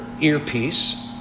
earpiece